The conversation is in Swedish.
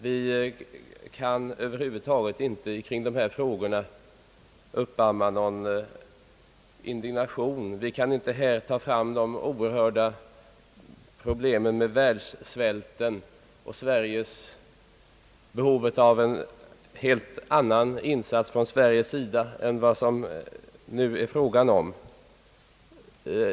Vi kan över huvud taget inte uppamma någon indignation kring dessa frågor. Vi kan inte här dra fram de oerhörda problemen om världssvälten och behovet av en helt annan insats från Sveriges sida än vad det nu är fråga om.